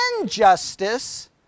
injustice